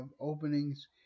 openings